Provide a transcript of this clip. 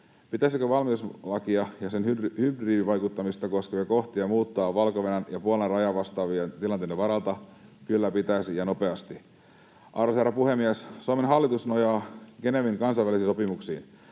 Pitäisikö valmiuslakia ja sen hybridivaikuttamista koskevia kohtia muuttaa Valko-Venäjän ja Puolan rajan kaltaisten tilanteiden varalta? Kyllä pitäisi ja nopeasti. Arvoisa herra puhemies! Suomen hallitus nojaa Geneven kansainvälisiin sopimuksiin.